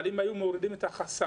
אבל אם היו מורידים את החסמים,